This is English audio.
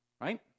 right